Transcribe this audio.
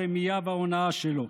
הרמייה וההונאה שלו,